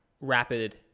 rapid